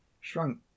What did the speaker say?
shrunk